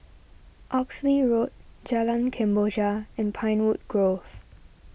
Oxley Road Jalan Kemboja and Pinewood Grove